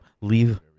leave